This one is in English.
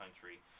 country